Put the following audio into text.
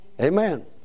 Amen